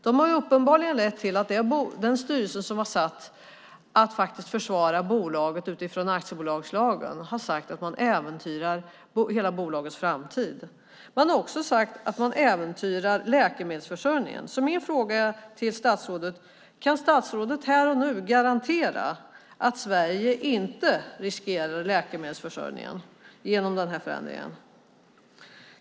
De har uppenbarligen lett till att den styrelse som var satt att försvara bolaget utifrån aktiebolagslagen har sagt att man äventyrar hela bolagets framtid och att man äventyrar läkemedelsförsörjningen. Kan statsrådet här och nu garantera att Sverige inte riskerar läkemedelsförsörjningen genom den här förändringen?